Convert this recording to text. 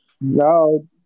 no